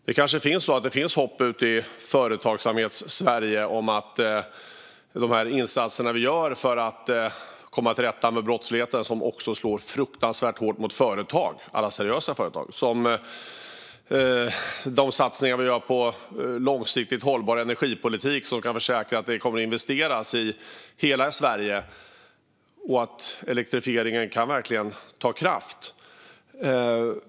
Det kanske finns hopp i Företagssverige om de insatser som görs för att komma till rätta med brottsligheten, som också slår fruktansvärt hårt mot seriösa företag, och även satsningar som görs på långsiktigt hållbar energipolitik, där det ska investeras i hela Sverige - och att elektrifieringen kan ge kraft.